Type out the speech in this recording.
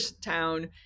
town